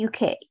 UK